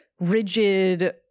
rigid